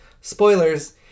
Spoilers